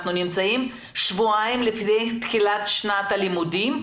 אנחנו נמצאים שבועיים לפני תחילת שנת הלימודים,